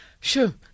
Sure